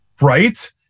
right